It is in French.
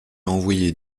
envoyer